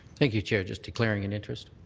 thank you, chair. just declaring an interest.